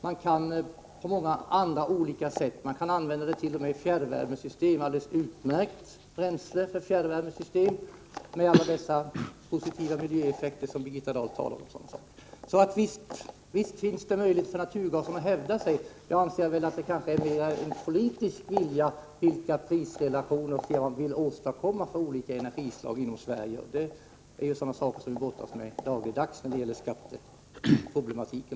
Man kan använda naturgasen på många andra sätt, t.o.m. i fjärrvärmesystem. Med hänsyn till alla de positiva miljöeffekter som Birgitta Dahl talade om är den ett alldeles utmärkt bränsle för fjärrvärmesystem. Visst finns det möjligheter för naturgasen att hävda sig. Jag anser att det mer är den politiska viljan som avgör prisrelationerna mellan olika energislag i Sverige. Denna fråga brottas vi med dagligdags, bl.a. när det gäller skatteproblematiken.